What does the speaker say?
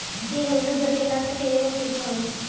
इ घरेलु भेड़ के नस्ल के एगो सूची हवे